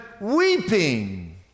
weeping